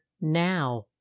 Now